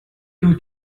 two